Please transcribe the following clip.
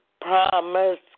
Promise